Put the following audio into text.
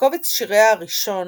בקובץ שיריה הראשון,